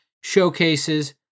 showcases